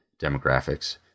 demographics